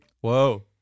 Whoa